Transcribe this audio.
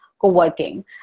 co-working